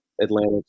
Atlantic